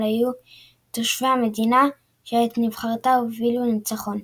היו תושבי המדינה שאת נבחרתה הובילו לניצחון.